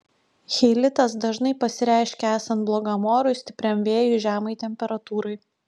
cheilitas dažnai pasireiškia esant blogam orui stipriam vėjui žemai temperatūrai